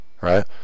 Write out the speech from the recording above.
Right